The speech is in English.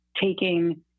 taking